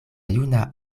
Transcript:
juna